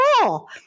cool